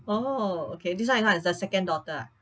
oh okay this one is what the second daughter ah